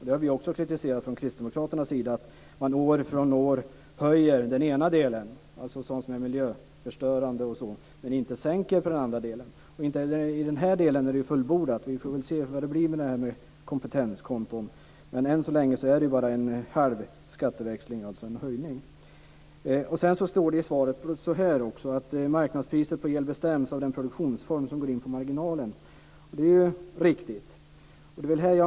Vi har från kristdemokraternas sida kritiserat att man år från år höjer i den ena delen, alltså sådant som är miljöförstörande, men inte sänker i den andra delen. Inte heller i den här delen är det fullbordat. Vi får väl se vad det blir med detta med kompetenskonton, men än så länge är det bara en halv skatteväxling, alltså en höjning. I svaret står det att marknadspriset på el bestäms av den produktionsform som går in på marginalen, och det är ju riktigt.